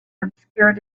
obscured